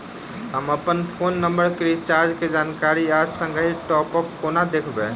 हम अप्पन phone number केँ रिचार्जक जानकारी आ संगहि टॉप अप कोना देखबै?